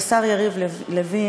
השר יריב לוין,